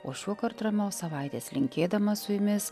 o šiuokart ramios savaitės linkėdama su jumis